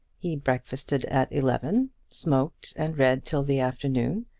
he breakfasted at eleven, smoked and read till the afternoon,